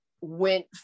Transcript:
went